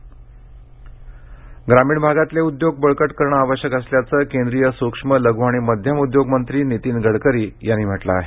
गडकरी उदयोग ग्रामीण आगातले उद्योग बळकट करणं आवश्यक असल्याचं केंद्रीय सक्ष्म लघ् आणि मध्यम उदयोग मंत्री नितीन गडकरी यांनी म्हटलं आहे